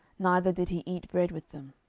neither did he eat bread with them.